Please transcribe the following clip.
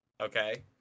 Okay